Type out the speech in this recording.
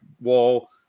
wall